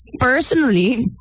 personally